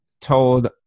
told